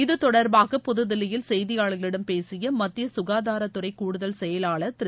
இது தொடர்பாக புதுதில்லியில் செய்தியாளர்களிடம் பேசிய மத்திய சுகாதாரத் துறை கூடுதல் செயலாளர் திரு